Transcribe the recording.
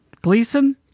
Gleason